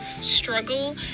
struggle